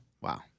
Wow